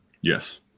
Yes